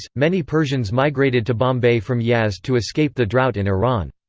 many persians migrated to bombay from yazd to escape the drought in iran.